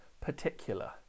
particular